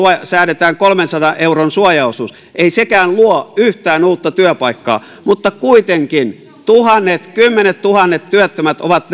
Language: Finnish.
säädetään kolmensadan euron suojaosuus ei sekään luo yhtään uutta työpaikkaa mutta kuitenkin tuhannet kymmenettuhannet työttömät ovat